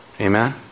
Amen